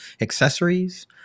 accessories